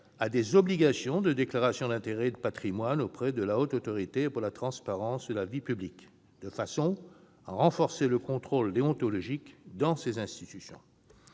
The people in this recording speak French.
à des obligations de déclaration d'intérêts et de patrimoine auprès de la Haute Autorité pour la transparence de la vie publique, de façon à renforcer le contrôle déontologique dans ces institutions.